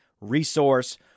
resource